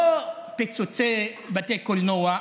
לא פיצוצי בתי קולנוע.